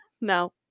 No